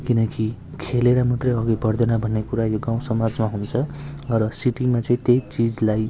किनकि खेलेर मात्रै अघि बढ्दैन भन्ने कुरा यो गाउँसमाजमा हुन्छ र सिटीमा चाहिँ त्यही चिजलाई